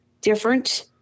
different